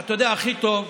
אתה יודע, הכי טוב,